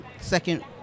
second